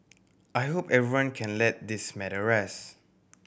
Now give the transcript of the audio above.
I hope everyone can let this matter rest